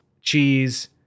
cheese